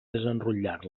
desenrotllar